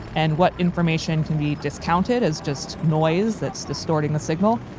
and what information can be discounted as just noise that's distorting the signal.